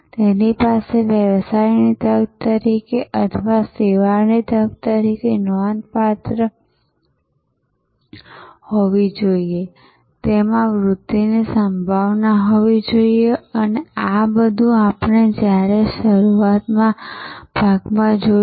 તેની પાસે વ્યવસાયની તક તરીકે અથવા સેવાની તક તરીકે તે નોંધપાત્ર હોવી જોઈએ તેમાં વૃદ્ધિની સંભાવના હોવી જોઈએ અને આ બધું આપણે જ્યારે શરૂઆતના ભાગમાં જોયું